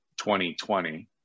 2020